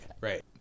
right